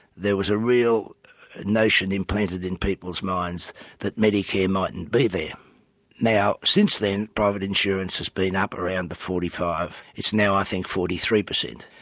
there was a real notion implanted in people's minds that medicare mightn't be there. now since then, private insurance has been up around the forty five percent, it's now i think forty three percent,